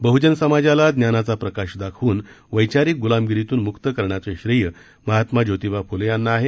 बह्जन समाजाला ज्ञानाचा प्रकाश दाखवून वव्वारिक गुलामगिरीतून मुक्त करण्याचं श्रेय महात्मा ज्योतीबा फुले यांना आहे